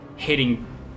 Hitting